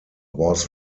was